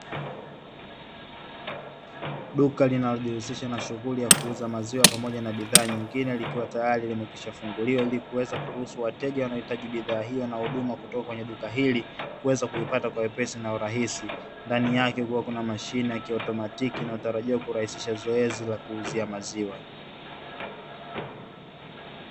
Duka linalojihusisha na shughuli ya kuuza maziwa pamoja na bidhaa nyingine likiwa tayari limekwishafunguliwa, ili kuweza kuruhusu wateja wanaohitaji bidhaa hiyo na huduma kutoka kwenye duka hili kuweza kuipata kwa wepesi na urahisi. Ndani yake kukiwa kuna mashine ya kiautomatiki inayotarajiwa kurahisisha zoezi kuuzia maziwa.